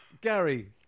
Gary